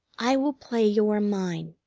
i will play you are mine,